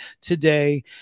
today